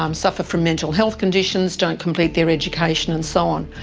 um suffer from mental health conditions, don't complete their education and so on.